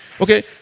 Okay